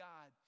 God